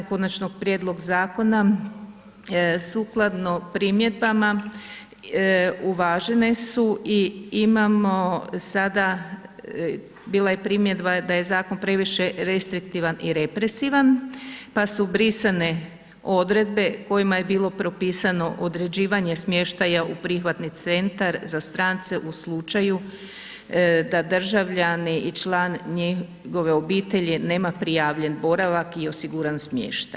Konačnog prijedloga zakona sukladno primjedbama uvažene su i imamo sada, bila je primjedba da je zakon previše restriktivan i represivan pa su brisane odredbe kojima je bilo propisano određivanje smještaja u prihvatni centar za strance u slučaju da državljani i član njegove obitelji nema prijavljen boravak i osiguran smještaj.